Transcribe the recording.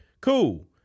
cool